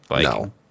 No